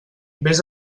vés